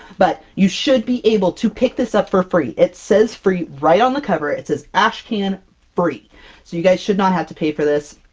but you should be able to pick this up for free. it says free right on the cover. it says, ashcan free. so you guys should not have to pay for this.